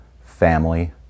family